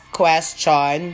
question